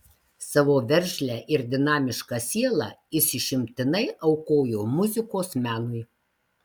savo veržlią ir dinamišką sielą jis išimtinai aukojo muzikos menui